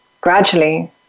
gradually